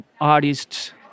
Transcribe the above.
artists